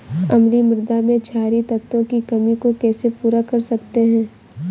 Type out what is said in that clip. अम्लीय मृदा में क्षारीए तत्वों की कमी को कैसे पूरा कर सकते हैं?